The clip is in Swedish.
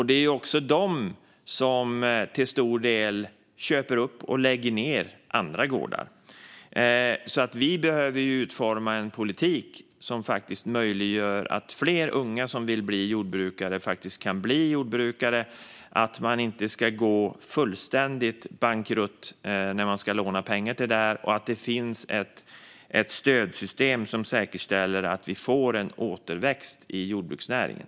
Det är också de som till stor del köper upp och lägger ned andra gårdar. Vi behöver utforma en politik som möjliggör för fler unga som vill bli jordbrukare att faktiskt bli jordbrukare. Man ska inte bli fullständigt bankrutt när man lånar pengar till det. Och det ska finnas ett stödsystem som säkerställer att vi får en återväxt i jordbruksnäringen.